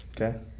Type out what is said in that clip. Okay